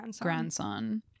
Grandson